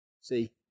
See